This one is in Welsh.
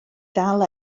ddal